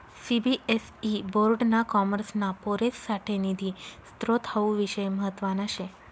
CBSE board ना कॉमर्सना पोरेससाठे निधी स्त्रोत हावू विषय म्हतवाना शे